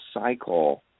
cycle